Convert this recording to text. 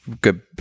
good